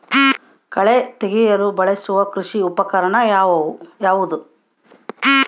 ಕಳೆ ತೆಗೆಯಲು ಬಳಸುವ ಕೃಷಿ ಉಪಕರಣ ಯಾವುದು?